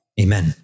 Amen